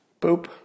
Boop